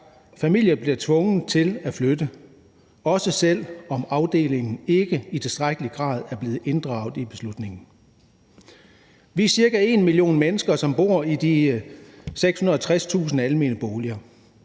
Familier bliver tvunget til at flytte, også selv om afdelingen ikke i tilstrækkelig grad er blevet inddraget i beslutningen. Vi er cirka en million mennesker, som bor i de 660.000 almene boliger.